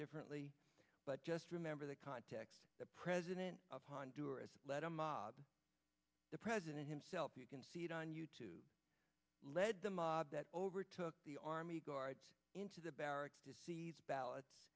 differently but just remember the context the president of honduras led a mob the president himself you can see it on you to lead the mob that overtook the army guards into the barracks to see these ballots